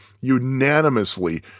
unanimously